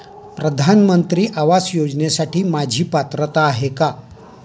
प्रधानमंत्री आवास योजनेसाठी माझी पात्रता आहे का?